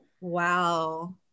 wow